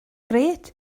grêt